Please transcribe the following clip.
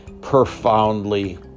profoundly